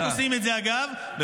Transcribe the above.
אגב, חלק עושים את זה.